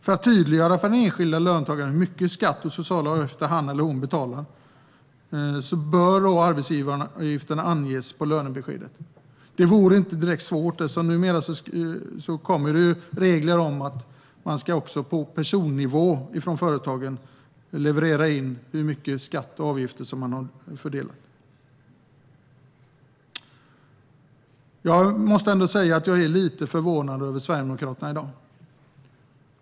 För att tydliggöra för den enskilda löntagaren hur mycket skatt och sociala avgifter han eller hon betalar bör arbetsgivaravgifterna anges på lönebeskedet. Det vore inte direkt svårt eftersom det nu kommer regler om att företagen även på personnivå ska lämna uppgift om hur mycket skatt och avgifter man har fördelat. Jag måste ändå säga att jag är lite förvånad över Sverigedemokraterna i dag.